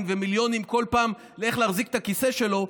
ומיליונים כל פעם כדי להחזיק את הכיסא שלו,